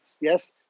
yes